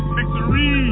Victory